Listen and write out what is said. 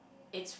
it